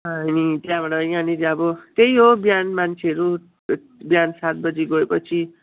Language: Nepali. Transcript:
अनि त्यहाँबाट यहाँनिर अब त्यही हो बिहान मान्छेहरू बिहान सात बजी गएपछि